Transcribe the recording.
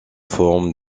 forme